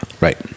Right